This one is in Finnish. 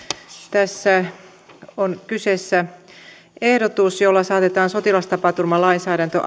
tässä on kyseessä ehdotus jolla saatetaan sotilastapaturmalainsäädäntö